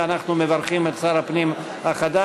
ואנחנו מברכים את שר הפנים החדש,